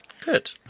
Good